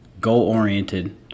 goal-oriented